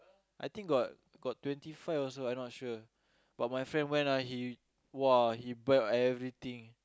I think got got twenty five also I not sure but my friend went ah he !wah! he buy everything